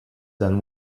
than